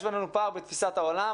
יש בינינו פער בתפיסת העולם,